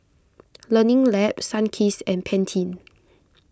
Learning Lab Sunkist and Pantene